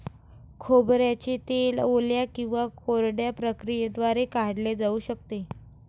खोबऱ्याचे तेल ओल्या किंवा कोरड्या प्रक्रियेद्वारे काढले जाऊ शकते